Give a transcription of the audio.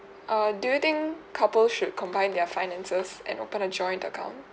err do you think couple should combine their finances and open a joint account